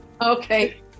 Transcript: Okay